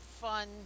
fun